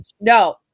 no